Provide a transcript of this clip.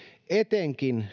etenkin